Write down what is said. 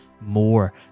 more